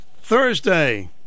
Thursday